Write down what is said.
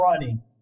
running